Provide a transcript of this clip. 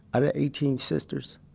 out of eighteen sisters,